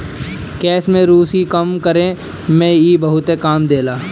केश में रुसी कम करे में इ बहुते काम देला